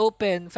Open